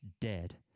dead